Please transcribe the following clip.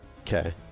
Okay